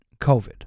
COVID